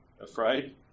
Afraid